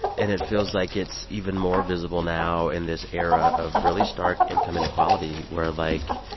and it feels like it's even more visible now in this era of really stark income inequality, where, like,